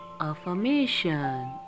affirmation